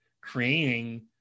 creating